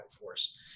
force